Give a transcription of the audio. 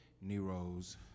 Nero's